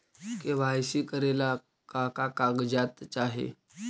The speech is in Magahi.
के.वाई.सी करे ला का का कागजात चाही?